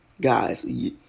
guys